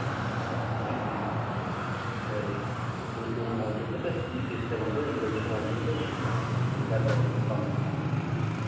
ᱦᱮᱸ ᱦᱳᱭ ᱧᱩᱛᱩᱢ ᱚᱞ ᱦᱚᱪᱚ ᱠᱟᱛᱮᱫ ᱛᱤᱸᱥ ᱮᱢ ᱦᱤᱡᱩᱜᱼᱟ ᱮᱱᱦᱤᱞᱳᱜ ᱧᱩᱛᱩᱢ ᱚᱞ ᱦᱚᱪᱚ ᱠᱟᱛᱮᱫ ᱮᱢ ᱦᱤᱡᱩᱜᱼᱟ ᱟᱨ ᱵᱟᱝᱠᱷᱟᱱ ᱫᱚ ᱵᱟᱢ ᱧᱟᱢᱟ